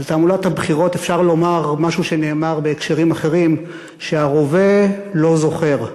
על תעמולת הבחירות אפשר לומר משהו שנאמר בהקשרים אחרים: שהרובה לא זוכר,